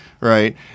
right